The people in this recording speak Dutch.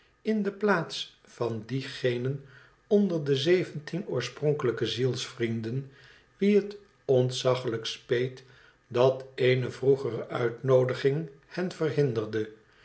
in de plaats van diegenen onder de zeventien oorspronkelijke zielsvrienden wie het odtzaglijk speet dat eene vroegere mtnoodiging hen verhinderde